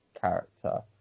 character